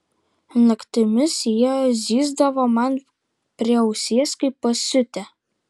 naktimis jie zyzdavo man prie ausies kaip pasiutę